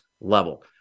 level